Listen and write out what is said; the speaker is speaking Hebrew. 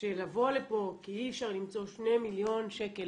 שלבוא לפה כי אי אפשר למצוא 2 מיליון שקל